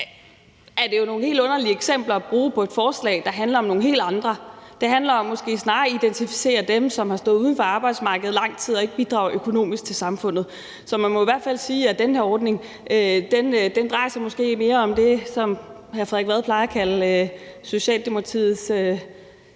er det nogle helt underlige eksempler at bruge i forbindelse med et forslag, der handler om nogle helt andre. Det handler måske snarere om at identificere dem, der har stået uden for arbejdsmarkedet i lang tid og ikke bidrager økonomisk til samfundet. Så man må i hvert fald sige, at den her ordning måske mere drejer sig om det, som hr. Frederik Vad plejer at kalde Socialdemokratiets